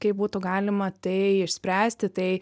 kaip būtų galima tai išspręsti tai